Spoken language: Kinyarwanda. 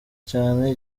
cyane